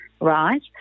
right